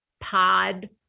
pod